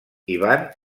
ivan